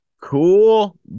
Cool